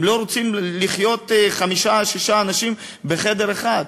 הם לא רוצים לחיות חמישה-שישה אנשים בחדר אחד.